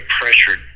pressured